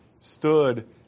stood